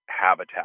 habitat